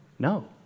No